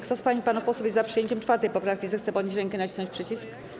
Kto z pań i panów posłów jest przyjęciem 4. poprawki, zechce podnieść rękę i nacisnąć przycisk.